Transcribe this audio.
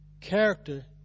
Character